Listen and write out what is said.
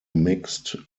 mixed